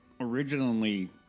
originally